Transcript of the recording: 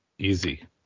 Easy